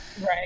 Right